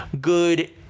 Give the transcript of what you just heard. good